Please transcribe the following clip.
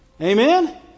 Amen